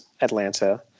Atlanta